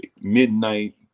midnight